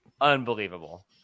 unbelievable